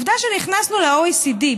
עובדה שנכנסנו ל-OECD.